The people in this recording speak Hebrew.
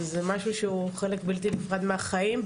זה משהו שהוא חלק בלתי נפרד מהחיים,